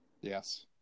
Yes